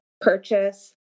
purchase